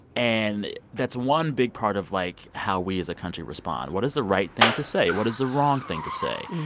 and that's one big part of, like, how we as a country respond. what is the right thing to say? what is the wrong thing to say?